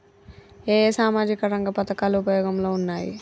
ఏ ఏ సామాజిక రంగ పథకాలు ఉపయోగంలో ఉన్నాయి?